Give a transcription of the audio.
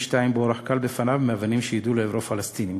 באורח קל בפניו מאבנים שיידו לעברו פלסטינים